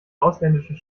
ausländischen